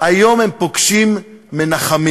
היום הן פוגשות מנחמים.